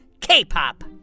K-pop